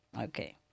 Okay